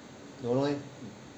don't know leh